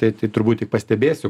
tai tai turbūt tik pastebėsiu